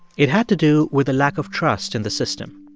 it had to do with a lack of trust in the system.